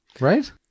Right